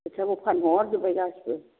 खोथियाखौ फानहरजोबबाय गासैबो